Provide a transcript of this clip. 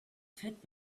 fit